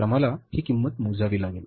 तर आम्हाला ही किंमत मोजावी लागेल